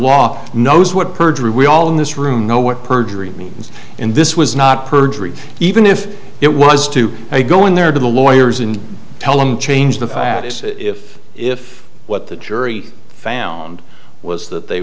law knows what perjury we all in this room know what perjury means and this was not perjury even if it was to go in there to the lawyers and tell him change the fatties if if what the jury found was that they